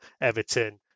Everton